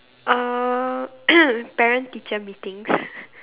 uh parent teacher meetings